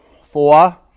four